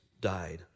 died